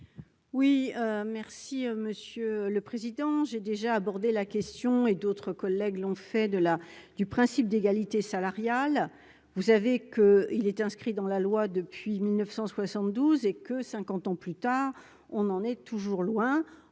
Oui, merci, monsieur le Président, j'ai déjà abordé la question et d'autres collègues l'ont fait de la du principe d'égalité salariale, vous savez que il était inscrit dans la loi depuis 1972 et que 50 ans plus tard, on en est toujours loin